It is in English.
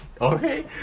okay